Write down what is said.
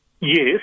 Yes